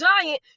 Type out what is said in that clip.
giant